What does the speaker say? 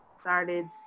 started